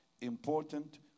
important